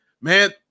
man